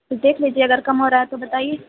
دیکھ لیجئے اگر کم ہو رہا ہو بتائیے